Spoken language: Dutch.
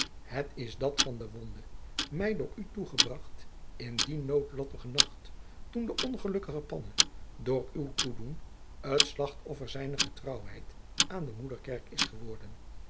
het is dat van de wonde mij door u toegebracht in die noodlottige nacht toen de ongelukkige panne door uw toedoen het slachtoffer zijner getrouwheid aan de moederkerk is geworden